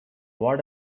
what